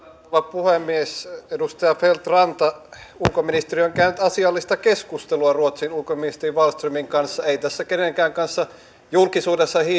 puhemies edustaja feldt ranta ulkoministeri on käynyt asiallista keskustelua ruotsin ulkoministerin wallströmin kanssa ei tässä kenenkään kanssa julkisuudessa